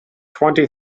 twenty